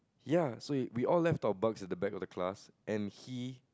ya so he we all left our bug at the back of the class and he